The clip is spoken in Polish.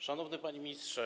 Szanowny Panie Ministrze!